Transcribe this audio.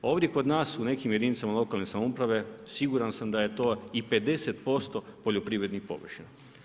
A ovdje kod nas, u nekim jedinicama lokalne samouprave, siguran sam da je to i 50% poljoprivrednih površina.